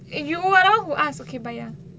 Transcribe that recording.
eh you're the [one] who ask okay